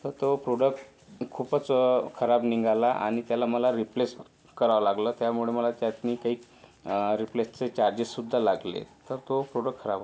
तर तो प्रोडक्ट खूपच खराब निघाला आणि त्याला मला रिप्लेस करावं लागलं त्यामुळे मला त्यातनं काही रिप्लेसचे चार्जेससुद्धा लागले तर तो प्रोडक्ट खराब होता